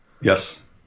Yes